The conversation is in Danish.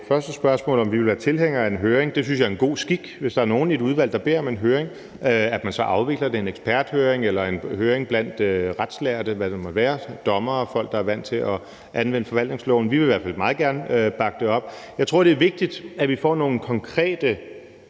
på det første spørgsmål om, om vi vil være tilhængere af en høring. Jeg synes, det er en god skik, at man, hvis der er nogen i et udvalg, der beder om en høring, så afvikler den – en eksperthøring eller en høring blandt retslærde, og hvad det måtte være af dommere og folk, der er vant til at anvende forvaltningsloven. Vi vil i hvert fald meget gerne bakke det op. Jeg tror, det er vigtigt, at vi får nogle konkrete